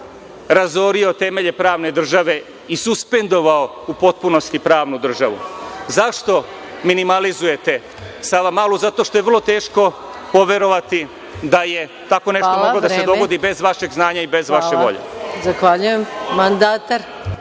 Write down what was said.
razorio temelje pravne države i suspendovao u potpunosti pravnu državu. Zašto minimalizujete Savamalu? Zato što je vrlo teško poverovati da je tako nešto moglo da se dogodi bez vašeg znanja i bez vaše volje.